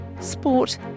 sport